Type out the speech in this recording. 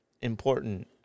important